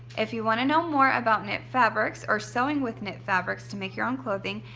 if you want to know more about knit fabrics or sewing with knit fabrics to make your own clothing,